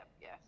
yes